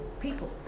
people